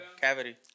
Cavity